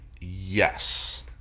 yes